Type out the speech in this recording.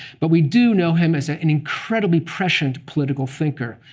but we do know him as ah an incredibly prescient political thinker.